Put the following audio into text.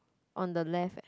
on the left eh